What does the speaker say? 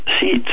seats